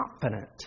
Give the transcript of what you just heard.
confident